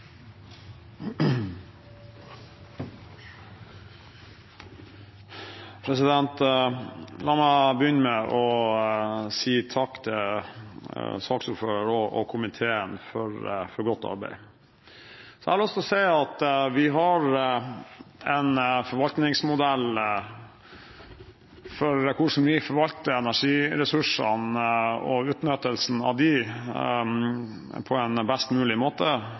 La meg begynne med å si takk til saksordføreren og komiteen for godt arbeid. Jeg har lyst til å si at vi har en forvaltningsmodell for hvordan vi forvalter energiressursene og utnyttelsen av dem på en best mulig måte